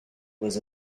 was